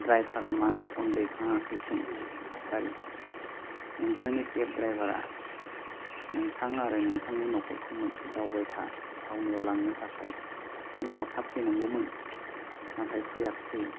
ड्राइभारा मानो फन दैखाङाखै सों थासारि नोंथांनि केब ड्राइभारआ नोंथां आरो नोंथांनि न'खरखौ मोनसे दावबायथा थावनियाव लांनो थाखाय फुङाव थाब फैनांगौमोन नाथाइ फैयाखिसै